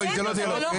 לא, לא, זה לא דיאלוג.